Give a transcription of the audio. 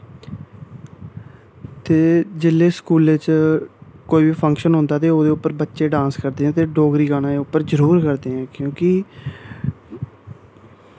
ते जेल्लै स्कूलै च कोई बी फंक्शन होंदा ते ओह्दे उप्पर बच्चे डांस करदे न ते डोगरी गाने दे उप्पर जरूर करदे न क्योंकि